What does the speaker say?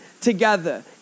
together